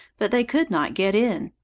but they could not get in,